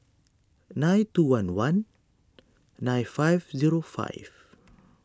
nine two one one nine five zero five